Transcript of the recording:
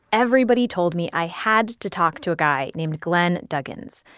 everybody told me i had to talk to a guy named glen duggins.